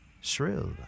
shrill